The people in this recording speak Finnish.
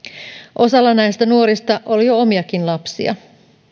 osalla näistä nuorista oli jo omiakin lapsia